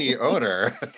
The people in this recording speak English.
owner